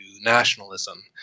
nationalism